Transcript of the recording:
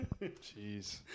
Jeez